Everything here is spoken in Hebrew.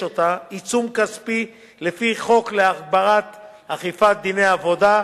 אותה עיצום כספי לפי חוק להגברת האכיפה של דיני העבודה,